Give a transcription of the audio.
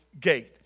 gate